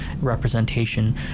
representation